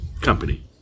company